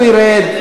הוא ירד,